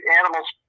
animal's